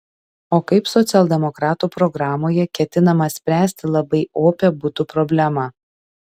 o kaip socialdemokratų programoje ketinama spręsti labai opią butų problemą